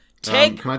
Take